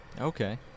Okay